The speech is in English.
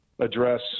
address